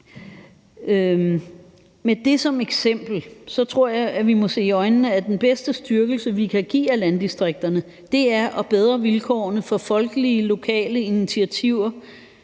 Med det som eksempel tror jeg, at vi må se i øjnene, at den bedste styrkelse af landdistrikterne, vi kan give, er at bedre vilkårene for folkelige, lokale initiativer